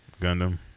Gundam